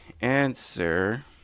answer